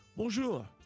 Bonjour